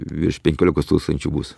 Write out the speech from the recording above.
virš penkiolikos tūkstančių bus